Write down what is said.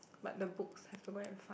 but the books have to go and find